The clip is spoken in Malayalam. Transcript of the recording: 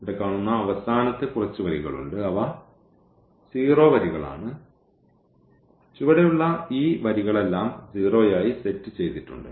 ഇവിടെ കാണുന്ന അവസാനത്തെ കുറച്ച് വരികളുണ്ട് അവ 0 വരികളാണ് ചുവടെയുള്ള ഈ വരികളെല്ലാം 0 യായി സെറ്റ് ചെയ്തിട്ടുണ്ട്